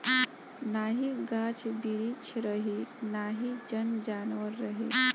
नाही गाछ बिरिछ रही नाही जन जानवर रही